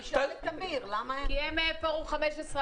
צריך לשאול את תמיר למה הם -- כי הם פורום ה-15.